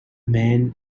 man